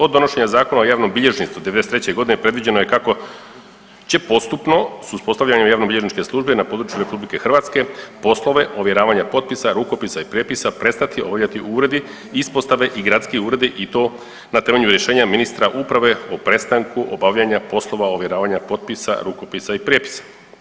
Od donošenja Zakona o javnom bilježništvu '93. godine predviđeno je kako će postupno s uspostavljanjem javnobilježničke službe na području RH poslove ovjeravanja potpisa, rukopisa i prijepisa prestati voditi uredi, ispostave i gradski uredi i to na temelju rješenja ministra uprave o prestanku obavljanja poslove ovjeravanja potpisa, rukopisa i prijepisa.